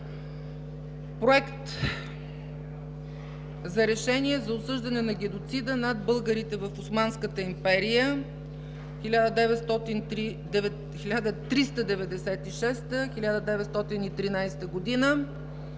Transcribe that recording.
„Проект за решение за осъждане на геноцида над българите в Османската империя 1396 - 1913 г.“